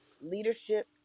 leadership